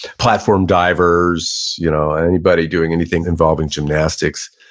platform divers, you know and anybody doing anything involving gymnastics,